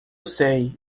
sei